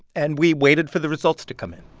and we waited for the results to come in